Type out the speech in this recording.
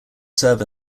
serve